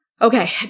Okay